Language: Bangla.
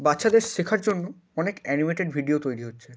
বাচ্চাদের শেখার জন্য অনেক অ্যানিমেটেড ভিডিও তৈরি হচ্ছে